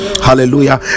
hallelujah